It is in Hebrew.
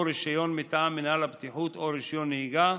רישיון מטעם מינהל הבטיחות או רישיון נהיגה,